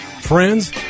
Friends